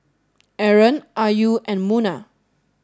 Aaron Ayu and Munah